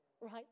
right